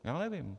Já nevím.